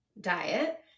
Diet